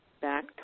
back